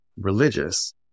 religious